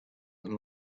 and